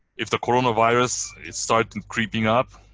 if the corona virus, it start to creeping up,